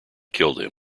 killed